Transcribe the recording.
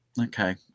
Okay